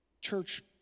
Church